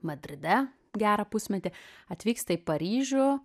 madride gerą pusmetį atvyksta į paryžių